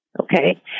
okay